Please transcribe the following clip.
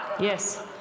Yes